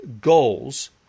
goals